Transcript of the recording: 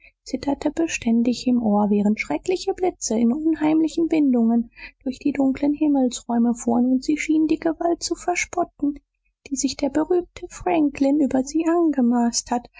zitterte beständig im ohr während schreckliche blitze in unheimlichen windungen durch die dunklen himmelsräume fuhren und sie schienen die gewalt zu verspotten die sich der berühmte franklin über sie angemaßt hat